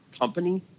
company